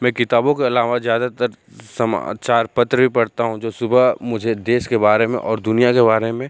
मैं किताबो के अलावा ज़्यादातर समाचार पत्र भी पढ़ता हूँ जो सुबह मुझे देश के बारे में और दुनियाँ के बारे में